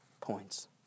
points